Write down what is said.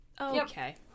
Okay